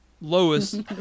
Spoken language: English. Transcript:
lowest